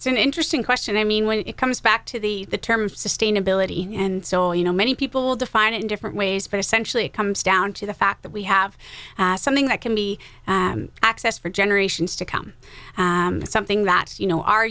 it's an interesting question i mean when it comes back to the term sustainability and so you know many people will define it in different ways but essentially it comes down to the fact that we have something that can be accessed for generations to come something that you know our